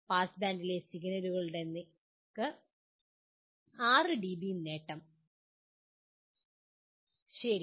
pass ബാൻഡിലെ സിഗ്നലുകൾക്ക് 6 dB gain ശരി